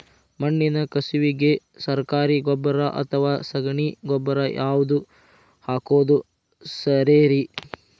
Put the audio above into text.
ಮಣ್ಣಿನ ಕಸುವಿಗೆ ಸರಕಾರಿ ಗೊಬ್ಬರ ಅಥವಾ ಸಗಣಿ ಗೊಬ್ಬರ ಯಾವ್ದು ಹಾಕೋದು ಸರೇರಿ?